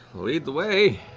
lead the way.